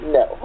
no